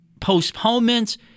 postponements